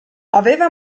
aveva